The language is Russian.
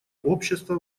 общества